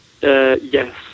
Yes